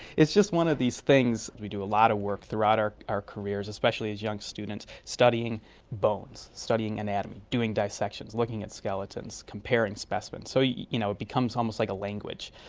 it's just one of these things. we do a lot of work throughout our our careers, especially as young students, studying bones, studying anatomy, doing dissections, looking at skeletons, comparing specimens, so you know it becomes almost like a language.